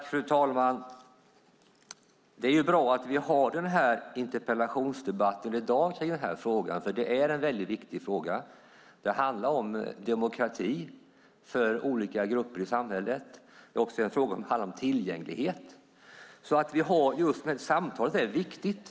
Fru talman! Det är bra att vi har en interpellationsdebatt kring den här frågan i dag, för det är en väldigt viktig fråga. Det handlar om demokrati för olika grupper i samhället. Det handlar också om tillgänglighet. Just detta samtal är viktigt.